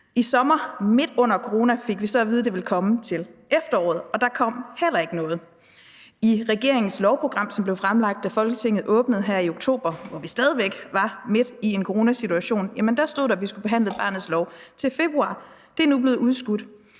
I sommer, midt under coronaen, fik vi så at vide, at det ville komme til efteråret, og der kom heller ikke noget. I regeringens lovprogram, som blev fremlagt, da Folketinget åbnede her i oktober, og hvor vi stadig væk var midt i en coronasituation, stod der, at vi skulle behandle barnets lov til februar. Det er nu blevet udskudt.